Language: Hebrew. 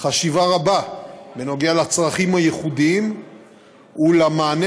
חשיבה רבה בנוגע לצרכים הייחודיים ולמענה